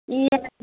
ఇవే